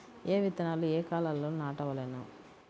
ఏ విత్తనాలు ఏ కాలాలలో నాటవలెను?